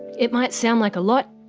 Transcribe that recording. it might sound like a lot,